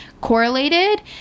correlated